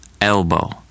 elbow